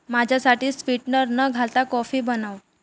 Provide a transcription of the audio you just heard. माझ्यासाठी स्वीटनर न घालता कॉफी बनव